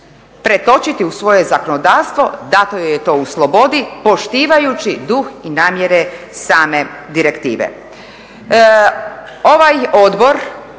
pretočiti u svoje zakonodavstvo dato joj je to u slobodi poštivajući duh i namjere same direktive.